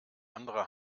andere